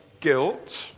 guilt